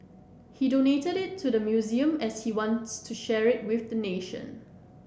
he donated it to the museum as he wants to share it with the nation